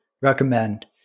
recommend